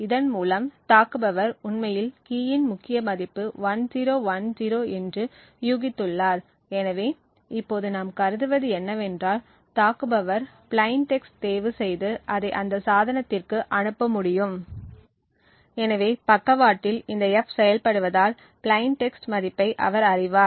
இதன் மூலம் தாக்குபவர் உண்மையில் கீயீன் முக்கிய மதிப்பு 1010 என்று யூகித்துள்ளார் எனவே இப்போது நாம் கருதுவது என்னவென்றால் தாக்குபவர் பிலைன் டெக்ஸ்ட் தேர்வு செய்து அதை அந்த சாதனத்திற்கு அனுப்ப முடியும் எனவே பக்கவாட்டில் இந்த F செயல்படுவதால் பிலைன் டெக்ஸ்ட் மதிப்பை அவர் அறிவார்